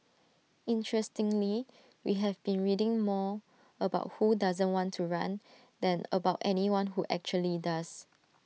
interestingly we have been reading more about who doesn't want to run than about anyone who actually does